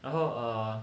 然后 err